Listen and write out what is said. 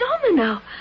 domino